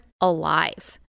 alive